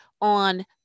on